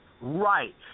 right